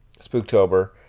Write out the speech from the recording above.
Spooktober